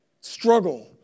Struggle